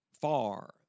far